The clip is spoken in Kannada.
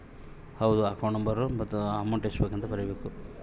ನಾವ್ ದುಡ್ಡು ಬಿಡ್ಸ್ಕೊಬೇಕದ್ರ ಅಕೌಂಟ್ ನಂಬರ್ ಬರೀಬೇಕು